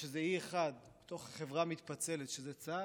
יש איזה אי אחד בתוך החברה המתפצלת, שזה צה"ל,